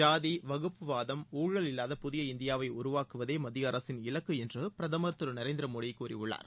ஜாதி வகுப்புவாதம் ஊழல் இல்வாத புதிய இந்தியாவை உருவாக்குவதே மத்திய அரசின் இலக்கு என்று பிரதமர் திரு நரேந்திர மோடி கூறியுள்ளார்